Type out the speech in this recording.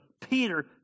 Peter